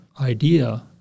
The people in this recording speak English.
idea